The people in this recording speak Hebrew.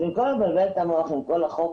במקום לבלבל את המוח עם כל חוק